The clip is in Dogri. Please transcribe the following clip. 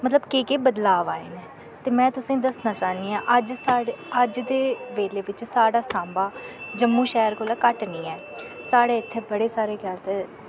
मतलव केह् केह् बदलाव आए न ते में तुसें दस्सना चाह्नी आं अज साढ़े अज दे बेल्ले बिच्च साढ़ा सांबा जम्मू शैह्र कोला घट्ट निं ऐ साढ़े इत्थै बड़े सारे